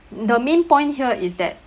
the main point here is that